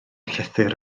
llythyr